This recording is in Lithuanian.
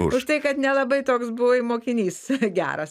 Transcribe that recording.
už tai kad nelabai toks buvai mokinys geras